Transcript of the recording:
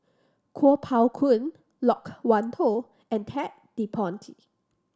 Kuo Pao Kun Loke Wan Tho and Ted De Ponti